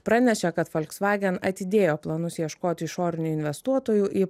pranešė kad volkswagen atidėjo planus ieškoti išorinių investuotojų į